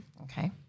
okay